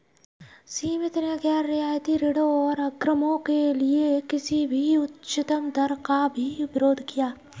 समिति ने गैर रियायती ऋणों और अग्रिमों के लिए किसी भी उच्चतम दर का भी विरोध किया